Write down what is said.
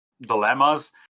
dilemmas